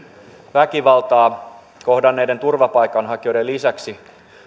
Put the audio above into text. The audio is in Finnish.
väkivaltaa kohdanneiden turvapaikanhakijoiden lisäksi